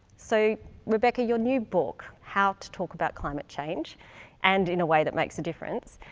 so rebecca, your new book, how to talk about climate change and in a way that makes a difference,